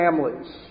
families